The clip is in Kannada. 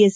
ಎಸ್